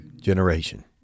generation